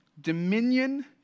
dominion